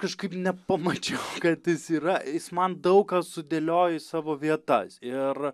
kažkaip nepamačiau kad jis yra jis man daug ką sudėliojo į savo vietas ir